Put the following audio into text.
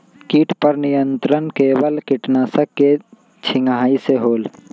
किट पर नियंत्रण केवल किटनाशक के छिंगहाई से होल?